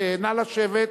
נא לשבת.